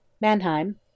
Mannheim